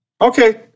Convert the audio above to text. Okay